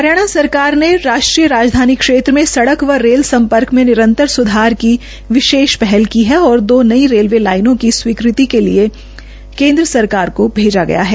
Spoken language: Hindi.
हरियाणा सरकार ने राष्ट्रीय राजधानी क्षेत्र में सड़क व रेल संपर्क में निरंतर सुरक्षा की विशेष पहल की है और दो नई रेलवे लाईनें भी स्वीकृति के लिए केन्द्र सरकार को भेजी हैं